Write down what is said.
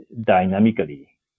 dynamically